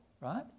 right